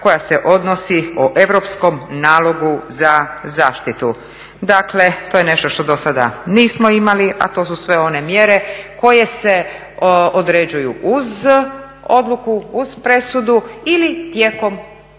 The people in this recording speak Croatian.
koja se odnosi o Europskom nalogu za zaštitu. Dakle to je nešto što do sada nismo imali a to su sve one mjere koje se određuju uz odluku, uz presudu ili tijekom